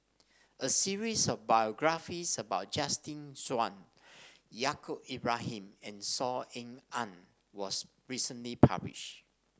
a series of biographies about Justin Zhuang Yaacob Ibrahim and Saw Ean Ang was recently publish